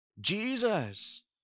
Jesus